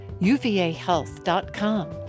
uvahealth.com